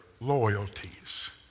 loyalties